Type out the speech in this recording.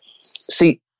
See